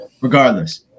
Regardless